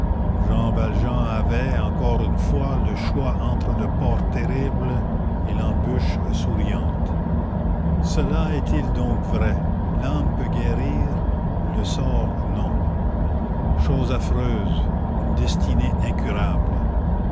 jean valjean avait encore une fois le choix entre le port terrible et l'embûche souriante cela est-il donc vrai l'âme peut guérir le sort non chose affreuse une destinée incurable